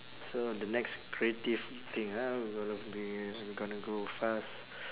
so the next creative thing ah we gonna be we gonna go fast